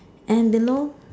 and below